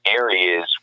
areas